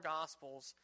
Gospels